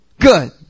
Good